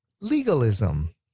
legalism